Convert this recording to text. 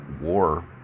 war